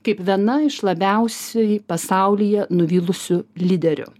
kaip viena iš labiausiai pasaulyje nuvylusių lyderių